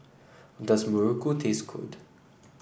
does Muruku taste good